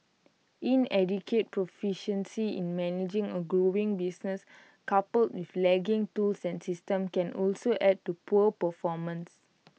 inadequate proficiency in managing A growing business coupled with lagging tools and systems can also add to poor performance